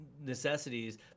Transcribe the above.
necessities